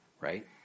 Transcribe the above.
right